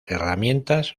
herramientas